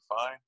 fine